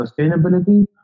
sustainability